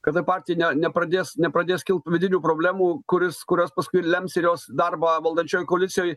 kada partija ne nepradės nepradės kilt vidinių problemų kuris kurios paskui lems ir jos darbą valdančiojoj koalicijoj